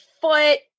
foot